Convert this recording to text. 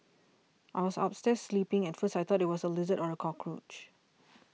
I was upstairs sleeping at first I thought it was a lizard or a cockroach